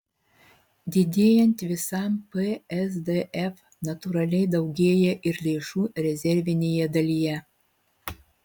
didėjant visam psdf natūraliai daugėja ir lėšų rezervinėje dalyje